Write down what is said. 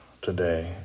today